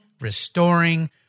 restoring